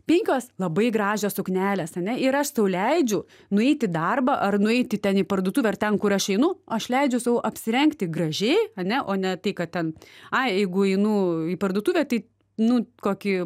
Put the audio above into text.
penkios labai gražios suknelės ane ir aš sau leidžiu nueit į darbą ar nueiti ten į parduotuvę ar ten kur aš einu aš leidžiu sau apsirengti gražiai ane o ne tai kad ten ai jeigu einu į parduotuvę tai nu kokį